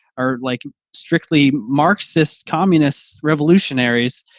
or like strictly marxist, communist revolutionaries.